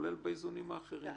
כולל באיזונים האחרים.